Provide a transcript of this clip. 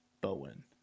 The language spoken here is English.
Bowen